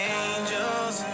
angels